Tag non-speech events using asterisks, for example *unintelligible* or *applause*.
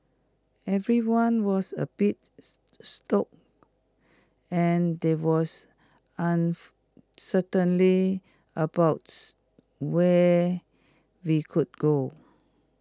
everyone was A bit *noise* stock and there was uncertainty *unintelligible* where we could go